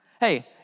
Hey